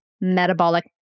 metabolic